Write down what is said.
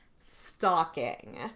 stalking